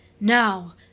Now